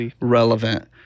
relevant